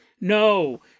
no